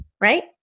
right